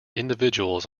individuals